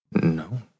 No